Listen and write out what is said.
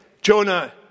Jonah